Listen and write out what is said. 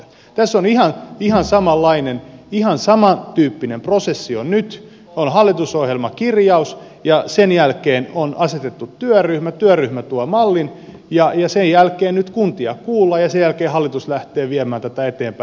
tässä on ihan samanlainen ihan samantyyppinen prosessi nyt on hallitusohjelmakirjaus ja sen jälkeen on asetettu työryhmä työryhmä tuo mallin ja sen jälkeen nyt kuntia kuullaan ja sen jälkeen hallitus lähtee viemään tätä eteenpäin